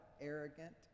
arrogant